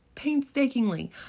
painstakingly